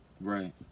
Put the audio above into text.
Right